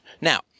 Now